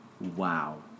wow